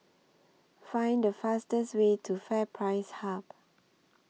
Find The fastest Way to FairPrice Hub